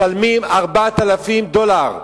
משלמים 4,000 דולר.